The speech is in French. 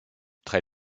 très